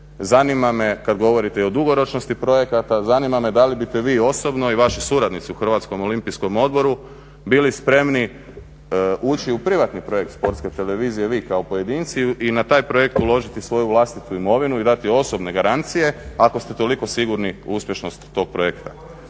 Zanima me, kad govorite i o dugoročnosti projekata, zanima me da li biste vi osobno i vaši suradnici u Hrvatskom olimpijskom odboru bili spremni ući u privatni projekt Sportske televizije vi kao pojedinci i na taj projekt uložiti svoju vlastitu imovinu i dati osobne garancije ako ste toliko sigurni u uspješnost tog projekta.